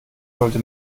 sollte